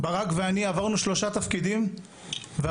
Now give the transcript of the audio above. ברק ואני עברנו שלושה תפקידים והעבודה